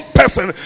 person